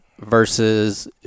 versus